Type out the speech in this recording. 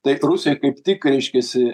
tai rusijoj kaip tik reiškiasi